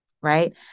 Right